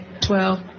twelve